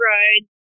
Road